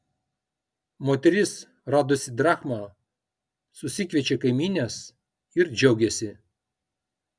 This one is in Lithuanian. moteris radusi drachmą susikviečia kaimynes ir džiaugiasi